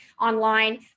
online